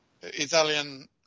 Italian